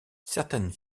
certaines